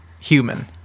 human